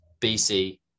BC